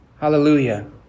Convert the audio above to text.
Hallelujah